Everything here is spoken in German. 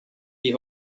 die